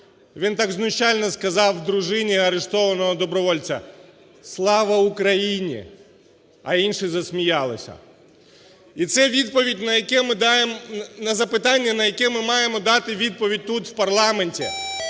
Він так знущально сказав дружині арештованого добровольця "Слава Україні", а інші засміялися. І це відповідь на запитання, на яке ми маємо дати відповідь тут у парламенті.